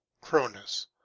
cronus